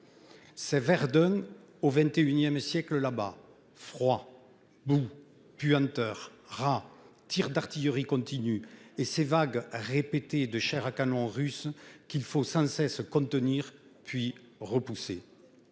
c'est Verdun au XXI siècle : froid, boue, puanteur, rats, tirs d'artillerie continus et vagues répétées de chair à canon russe, qu'il faut sans cesse contenir puis repousser.